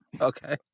okay